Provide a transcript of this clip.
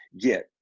get